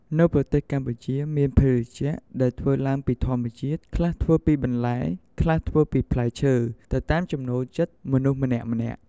នៅប្រទេសកម្ពុជាមានភេសជ្ជៈ ដែលធ្វើឡើងពីធម្មជាតិ ខ្លះធ្វើពីបន្លែ ខ្លះធ្វើពីផ្លែឈើ ទៅតាមចំណូលចិត្តមនុស្សម្នាក់ៗ។